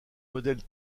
modèles